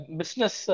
business